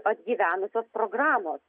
atgyvenusios programos